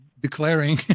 declaring